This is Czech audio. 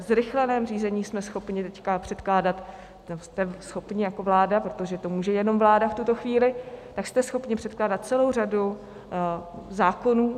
Ve zrychleném řízení jsme schopni teď předkládat nebo jste schopni jako vláda, protože to může jenom vláda v tuto chvíli, tak jste schopni předkládat celou řadu zákonů.